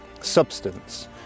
substance